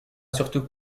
surtout